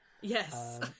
Yes